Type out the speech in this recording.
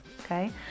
okay